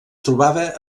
trobava